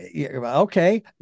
okay